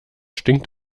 stinkt